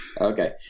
Okay